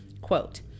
quote